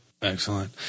Excellent